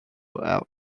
out